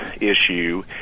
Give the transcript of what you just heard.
issue